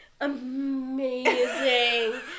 amazing